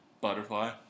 butterfly